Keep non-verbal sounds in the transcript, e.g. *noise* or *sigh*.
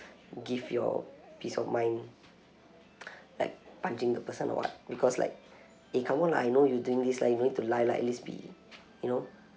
give your piece of mind *breath* like punching the person or what because like eh come on I know you doing this like you no need to lie lah at least be you know